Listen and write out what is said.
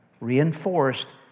reinforced